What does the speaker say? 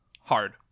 Hard